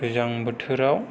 गोजां बोथोराव